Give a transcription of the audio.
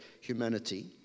humanity